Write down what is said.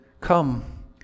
come